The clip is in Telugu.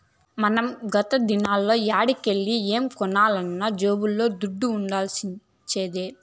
మనం గత దినాల్ల యాడికెల్లి ఏం కొనాలన్నా జేబుల్ల దుడ్డ ఉండాల్సొచ్చేది